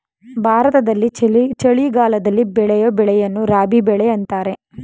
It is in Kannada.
ಭಾರತದಲ್ಲಿ ಚಳಿಗಾಲದಲ್ಲಿ ಬೆಳೆಯೂ ಬೆಳೆಯನ್ನು ರಾಬಿ ಬೆಳೆ ಅಂತರೆ